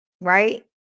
Right